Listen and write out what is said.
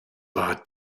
war